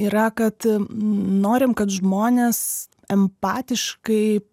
yra kad norim kad žmonės empatiškai